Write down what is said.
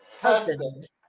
Husband